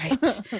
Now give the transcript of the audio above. right